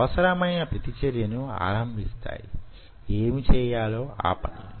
అవసరమైన ప్రతిచర్యను ఆరంభిస్తాయి యేమి చేయాలో ఆ పనిని